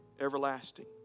everlasting